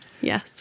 Yes